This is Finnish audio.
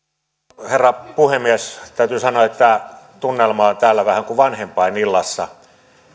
arvoisa herra puhemies täytyy sanoa että tunnelma on täällä vähän kuin vanhempainillassa